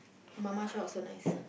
mama shop also nice ah